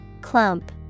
Clump